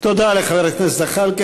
תודה לחבר הכנסת זחאלקה.